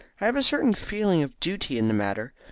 i have a certain feeling of duty in the matter.